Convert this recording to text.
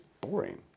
boring